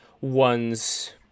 ones